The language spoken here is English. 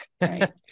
right